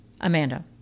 Amanda